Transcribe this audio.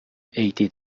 عیدی